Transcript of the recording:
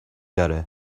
داره